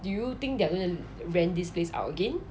do you think they're going to rent this place out again